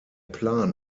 plan